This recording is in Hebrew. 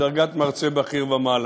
בדרגת מרצה בכיר ומעלה.